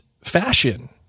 fashion